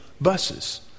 buses